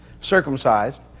circumcised